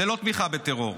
זו לא תמיכה בטרור.